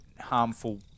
harmful